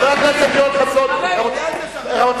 חבר הכנסת יואל חסון, רבותי,